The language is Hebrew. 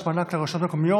תודה רבה לחבר הכנסת סעדי.